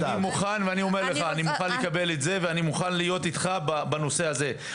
ואני מוכן לקבל את זה ולהיות איתך בנושא הזה.